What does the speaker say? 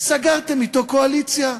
סגרתם אתו קואליציה.